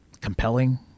compelling